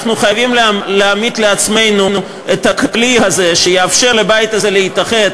אנחנו חייבים להעמיד לעצמנו את הכלי שיאפשר לבית הזה להתאחד